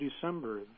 December